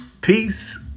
Peace